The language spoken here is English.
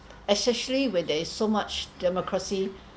especially where there is so much democracy